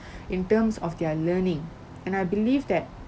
in terms of their learning and I believe that